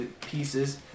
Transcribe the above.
pieces